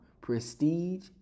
prestige